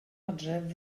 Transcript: adref